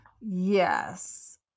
Yes